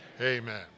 Amen